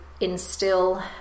instill